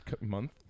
month